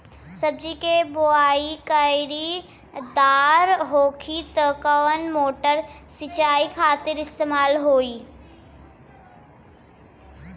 सब्जी के बोवाई क्यारी दार होखि त कवन मोटर सिंचाई खातिर इस्तेमाल होई?